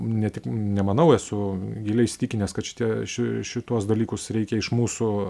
ne tik nemanau esu giliai įsitikinęs kad šitie ši šituos dalykus reikia iš mūsų